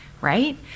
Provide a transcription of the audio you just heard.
right